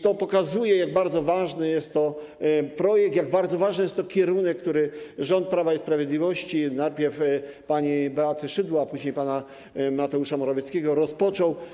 To pokazuje, jak bardzo ważny jest to projekt, jak bardzo ważny jest to kierunek, który rząd Prawa i Sprawiedliwości, najpierw pani Beaty Szydło, później pana Mateusza Morawieckiego, rozpoczął.